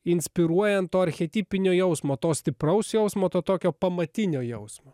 inspiruojant to archetipinio jausmo to stipraus jausmo to tokio pamatinio jausmo